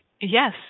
yes